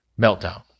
meltdown